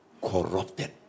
Corrupted